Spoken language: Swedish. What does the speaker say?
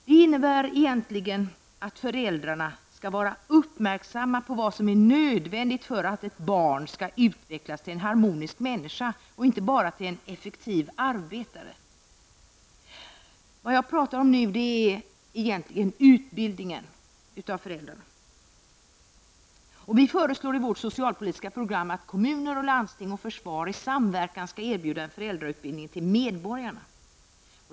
Det innebär egentligen att föräldrarna skall vara uppmärksamma på vad som är nödvändigt för att ett barn skall utvecklas till en harmonisk människa, inte bara till en effektiv arbetare. Vad jag talar om nu är egentligen utbildningen av föräldrarna. Vi föreslår i vårt socialpolitiska program att kommun, landsting och försvar i samverkan skall erbjuda en föräldrautbildning till medborgarna.